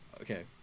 Okay